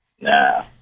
Nah